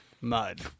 mud